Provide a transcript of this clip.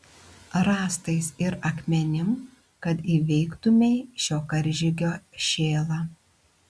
rąstais ir akmenim kad įveiktumei šio karžygio šėlą